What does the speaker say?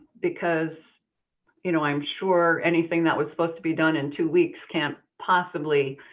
because you know i'm sure anything that was supposed to be done in two weeks can't possibly,